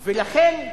ולכן,